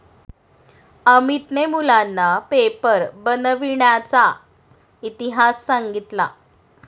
अमितने मुलांना पेपर बनविण्याचा इतिहास सांगितला